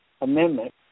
amendment